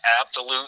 absolute